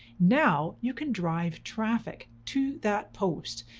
now you can drive traffic to that post.